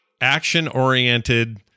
action-oriented